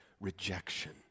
rejection